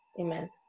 Amen